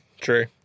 True